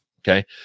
Okay